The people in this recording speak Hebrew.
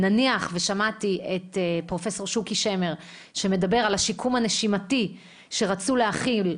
שמעתי את פרופ' שוקי שמר שמדבר על השיקום הנשימתי שרצו להחיל,